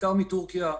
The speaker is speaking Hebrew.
בעיקר מטורקיה,